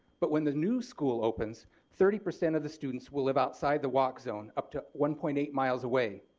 but when the new school opens thirty percent of the students will live outside of the walk zone, up to one point eight miles away.